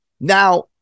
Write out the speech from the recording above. Now